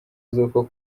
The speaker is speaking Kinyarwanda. z’uku